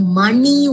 money